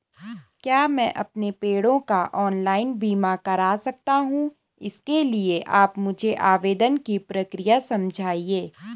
क्या मैं अपने पेड़ों का ऑनलाइन बीमा करा सकता हूँ इसके लिए आप मुझे आवेदन की प्रक्रिया समझाइए?